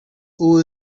who